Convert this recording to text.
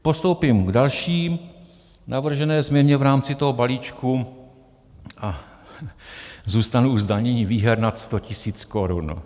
Postoupím k další navržené změně v rámci toho balíčku a zůstanu u zdanění výher nad 100 tisíc korun.